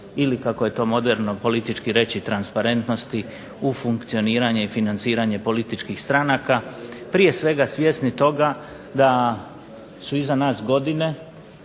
ili kako je to moderno politički reći transparentnosti u funkcioniranje i financiranje političkih stranaka prije svega svjesni toga da su iza nas godine,